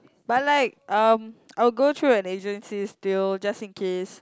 but like um I'll go through an agency still just in case